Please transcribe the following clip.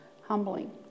humbling